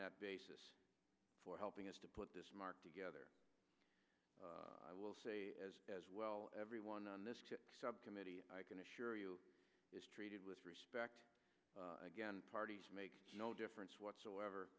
that basis for helping us to put this mark to gether i will say as well everyone on this subcommittee i can assure you is treated with respect again parties make no difference whatsoever